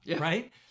right